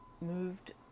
moved